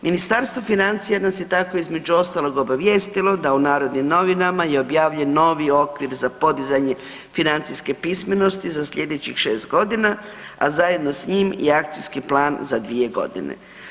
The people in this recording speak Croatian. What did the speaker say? Ministarstvo financija nas je tako između ostalog obavijestilo da u Narodnim novinama je objavljen novi okvir za podizanje financijske pismenosti za sljedećih šest godina, a zajedno s njim i akcijski plan za dvije godine.